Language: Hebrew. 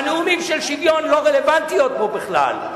והנאומים של שוויון לא רלוונטיים פה בכלל.